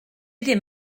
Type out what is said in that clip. ddim